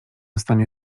stanie